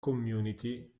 community